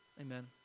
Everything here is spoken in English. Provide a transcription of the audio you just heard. Amen